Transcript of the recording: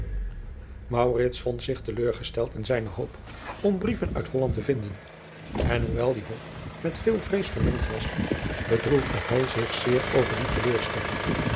vond zich te leurgesteld in zijne hoop om brieven uit holland te vinden en hoewel die hoop met veel vrees vermengd was bedroefde hij zich zeer over die teleurstelling